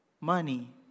money